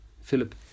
Philip